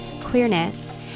queerness